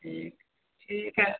ठीक ठीक है